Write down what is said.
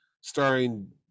starring